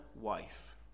wife